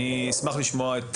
אני אשמח לשמוע את